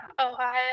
ohio